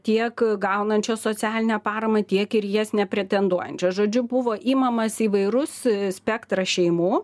tiek gaunančios socialinę paramą tiek ir į jas nepretenduojančios žodžiu buvo imamas įvairus spektras šeimų